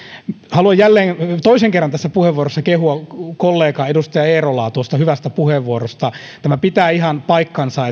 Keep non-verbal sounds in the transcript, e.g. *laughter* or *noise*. haluan jälleen toisen kerran tässä puheenvuorossa kehua kollegaa edustaja eerolaa tuosta hyvästä puheenvuorosta tämä vieraannuttamisilmiö pitää ihan paikkansa *unintelligible*